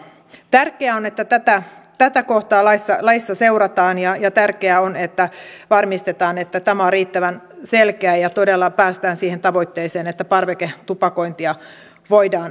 tärkeää on että tätä kohtaa laissa seurataan ja tärkeää on että varmistetaan että tämä on riittävän selkeä ja todella päästään siihen tavoitteeseen että parveketupakointia voidaan kitkeä